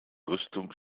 rüstung